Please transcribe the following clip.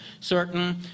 certain